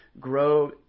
Grow